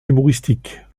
humoristiques